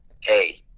Hey